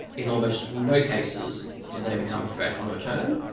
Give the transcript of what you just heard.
in almost no cases did they become a threat on return,